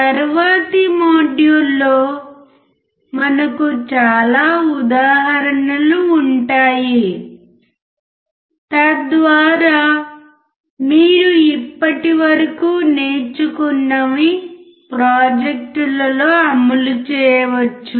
తరువాతి మాడ్యూల్లో మనకు చాలా ఉదాహరణలు ఉంటాయి తద్వారా మీరు ఇప్పటివరకు నేర్చుకున్నవి ప్రాజెక్టులలో అమలు చేయవచ్చు